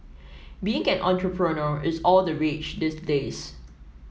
being an entrepreneur is all the rage these days